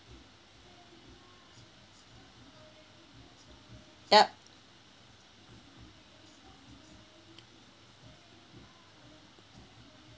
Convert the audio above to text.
yup